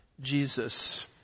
Jesus